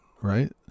right